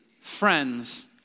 friends